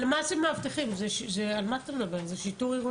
זה לא רלוונטי אלינו בכלל.